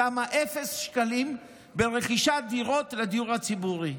שמה אפס שקלים ברכישת דירות לדיור הציבורי.